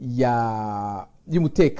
yeah you would take